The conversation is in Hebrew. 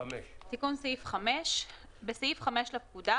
תיקון סעיף 5 5. בסעיף 5 לפקודה,